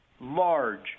large